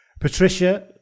Patricia